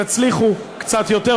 תצליחו קצת יותר,